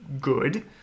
Good